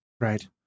Right